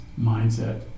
mindset